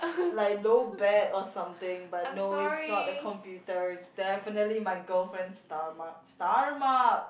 like low bat or something but no it's not the computer it's definitely my girlfriend's stomach stomach